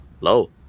low